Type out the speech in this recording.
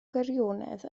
gwirionedd